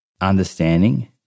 understanding